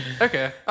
Okay